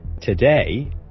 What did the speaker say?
today